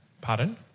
Pardon